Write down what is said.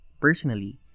Personally